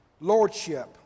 lordship